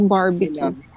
Barbecue